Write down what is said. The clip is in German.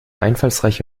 einfallsreiche